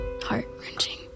heart-wrenching